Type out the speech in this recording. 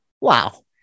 wow